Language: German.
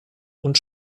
und